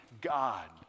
God